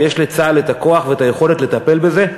ויש לצה"ל את הכוח ואת היכולת לטפל בזה.